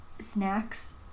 snacks